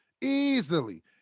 easily